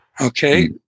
Okay